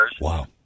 Wow